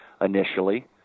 initially